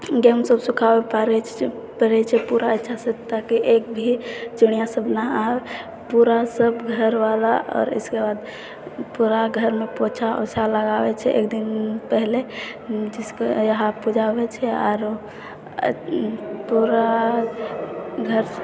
गेहूँ सब सुखाबऽ पड़ै छै पूरा अच्छासँ ताकि एक भी चिड़िआ सब नहि आइ पूरा सब घरवला आओर इसके बाद पूरा घरमे पोछा ओछा लगाबै छै एकदिन पहिले जिसके यहाँ पूजा होइ छै आओर पूरा घर